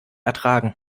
ertragen